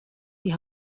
die